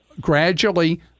gradually